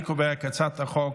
אני קובע כי הצעת החוק